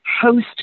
host